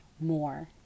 more